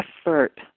effort